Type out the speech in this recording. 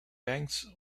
banks